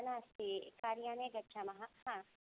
नास्ति कार्यालये गच्छामः ह